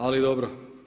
Ali dobro.